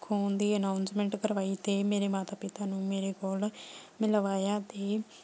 ਖੋਣ ਦੀ ਅਨਾਊਸਮੈਂਟ ਕਰਵਾਈ ਅਤੇ ਮੇਰੇ ਮਾਤਾ ਪਿਤਾ ਨੂੰ ਮੇਰੇ ਕੋਲ਼ ਮਿਲਵਾਇਆ ਅਤੇ